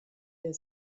der